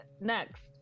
Next